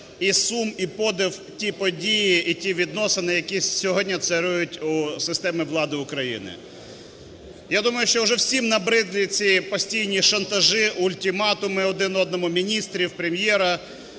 і сум, і подив ті події і ті відносини, які сьогодні царюють у системі влади України. Я думаю, що уже всім набридлі ці постійні шантажі, ультиматуми один одному міністрів, Прем'єра,